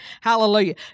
Hallelujah